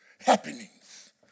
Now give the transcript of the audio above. happenings